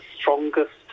strongest